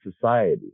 society